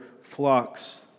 flocks